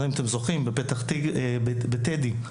ב-2007,